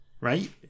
Right